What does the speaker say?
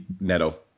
Neto